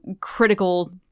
critical